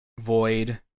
Void